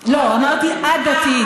לא, אמרתי עדתית.